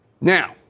Now